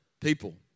people